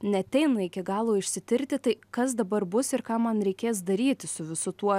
neateina iki galo išsitirti tai kas dabar bus ir ką man reikės daryti su visu tuo